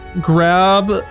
grab